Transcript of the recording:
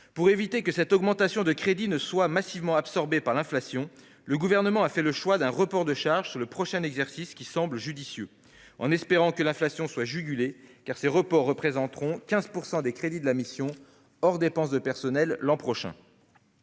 Pour éviter que cette augmentation de crédits ne soit massivement absorbée par l'inflation, le Gouvernement a fait le choix de reports de charges sur le prochain exercice, ce qui semble judicieux. Espérons que l'inflation soit jugulée, car ces reports représenteront 15 % des crédits de la mission, hors dépenses de personnel, l'an prochain.